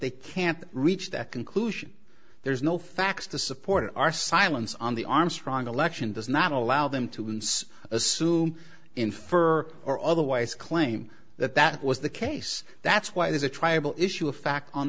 they can't reach that conclusion there's no facts to support our silence on the armstrong election does not allow them to once assume infer or otherwise claim that that was the case that's why there's a triable issue of fact on